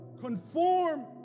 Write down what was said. conform